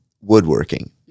woodworking